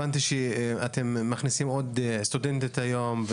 הבנתי שאתם מכניסים עוד סטודנטית היום,